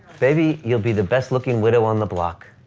baby, you'll be the best looking widow on the block.